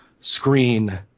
screen